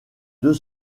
deux